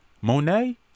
Monet